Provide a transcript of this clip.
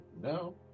no